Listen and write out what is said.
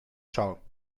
schau